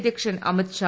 അധ്യക്ഷൻ അമിത്ഷാ